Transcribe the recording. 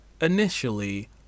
initially